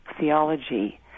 theology